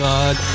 God